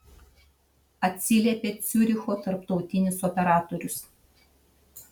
atsiliepė ciuricho tarptautinis operatorius